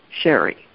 Sherry